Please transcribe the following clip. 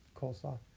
coleslaw